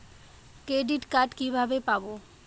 Credit card কিভাবে পাব?